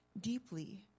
deeply